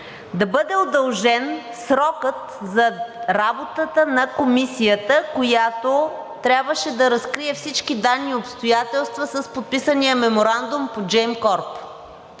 да бъде удължен срокът за работата на Комисията, която трябваше да разкрие всички данни и обстоятелства с подписания меморандума с